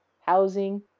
housing